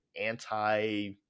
anti